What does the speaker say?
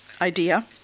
idea